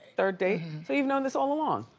third date, so you've known this all along?